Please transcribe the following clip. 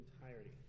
entirety